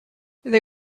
they